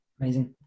Amazing